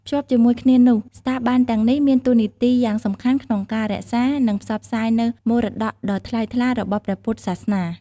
ភ្ជាប់ជាមួយគ្នានោះ ស្ថាប័នទាំងនេះមានតួនាទីយ៉ាងសំខាន់ក្នុងការរក្សា និងផ្សព្វផ្សាយនូវមរតកដ៏ថ្លៃថ្លារបស់ព្រះពុទ្ធសាសនា។